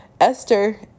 Esther